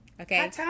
Okay